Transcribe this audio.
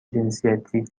جنسیتی